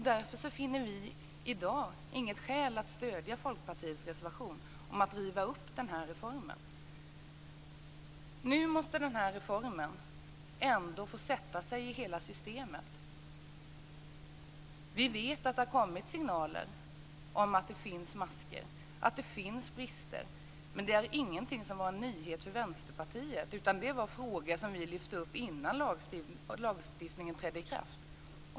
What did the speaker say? Därför finner vi i dag inte något skäl att stödja Nu måste den här reformen ändå få sätta sig i hela systemet. Vi vet att det har kommit signaler om att det finns maskor, att det finns brister. Men det var inte någon nyhet för Vänsterpartiet, utan det var frågor som vi lyfte upp innan lagstiftningen trädde i kraft.